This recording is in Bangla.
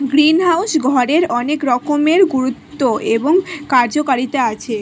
গ্রিনহাউস ঘরের অনেক রকমের গুরুত্ব এবং কার্যকারিতা আছে